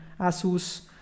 ASUS